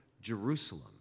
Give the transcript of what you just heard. Jerusalem